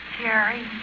Jerry